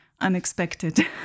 unexpected